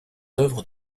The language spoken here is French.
œuvres